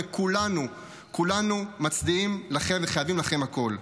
כולנו, כולנו מצדיעים לכם וחייבים לכם הכול.